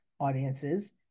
audiences